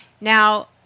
Now